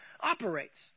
operates